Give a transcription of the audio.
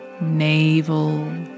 navel